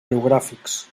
geogràfics